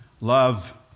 love